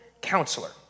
Counselor